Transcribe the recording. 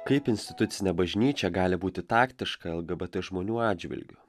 kaip institucinė bažnyčia gali būti taktiška lgbt žmonių atžvilgiu